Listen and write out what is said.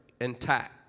intact